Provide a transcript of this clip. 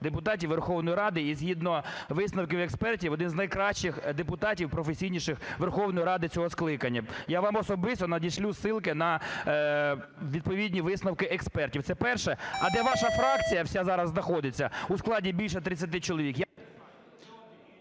депутатів Верховної Ради, і згідно висновків експертів, один з найкращих депутатів, професійніших Верховної Ради цього скликання. Я вам особисто надішлю ссылки на відповідні висновки експертів. Це перше. А де ваша фракція вся зараз знаходиться у складі більше 30 чоловік…